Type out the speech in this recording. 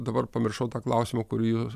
dabar pamiršau tą klausimą kurį jūs